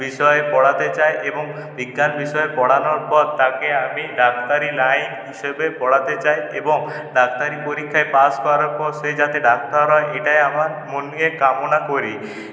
বিষয়ে পড়াতে চাই এবং বিজ্ঞান বিষয় পড়ানোর পর তাকে আমি ডাক্তারি লাইন হিসেবে পড়াতে চাই এবং ডাক্তারি পরীক্ষায় পাশ করার পর সে যাতে ডাক্তার হয় এটাই আমার মনে কামনা করি